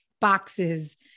boxes